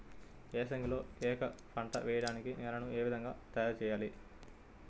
ఏసంగిలో ఏక పంటగ వెయడానికి నేలను ఏ విధముగా తయారుచేయాలి?